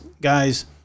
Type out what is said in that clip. guys